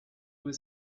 was